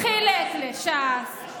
חילק לש"ס,